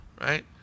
right